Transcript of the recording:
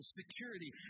security